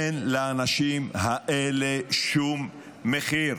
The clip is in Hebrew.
אין לאנשים האלה שום מחיר.